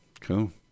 Cool